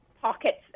pockets